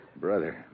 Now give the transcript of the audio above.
Brother